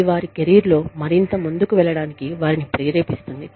అది వారి కెరీర్లో మరింత ముందుకు వెళ్ళడానికి వారిని ప్రేరేపిస్తుంది